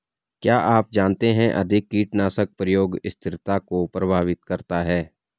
क्या आप जानते है अधिक कीटनाशक प्रयोग स्थिरता को प्रभावित करता है?